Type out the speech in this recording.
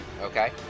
Okay